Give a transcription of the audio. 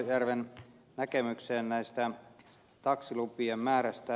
seurujärven näkemykseen näistä taksilupien määrästä